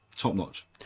top-notch